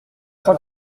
cent